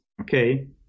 Okay